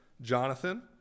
Jonathan